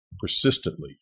persistently